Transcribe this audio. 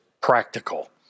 practical